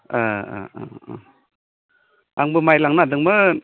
आंबो माइ लांनो नागिरदोंमोन